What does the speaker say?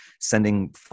sending